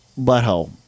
butthole